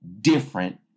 different